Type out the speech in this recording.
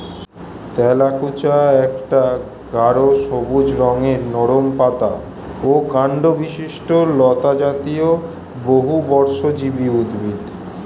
তেলাকুচা একটা গাঢ় সবুজ রঙের নরম পাতা ও কাণ্ডবিশিষ্ট লতাজাতীয় বহুবর্ষজীবী উদ্ভিদ